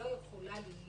לא יכולה להיות